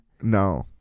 No